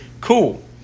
cool